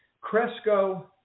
Cresco